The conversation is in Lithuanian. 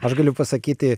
aš galiu pasakyti